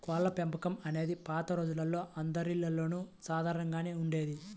కోళ్ళపెంపకం అనేది పాత రోజుల్లో అందరిల్లల్లోనూ సాధారణంగానే ఉండేది